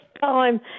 time